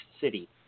city